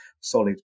solid